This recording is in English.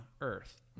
earth